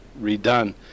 redone